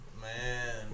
Man